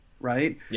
right